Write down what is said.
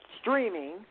streaming